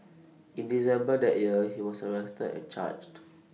in December that year he was arrested and charged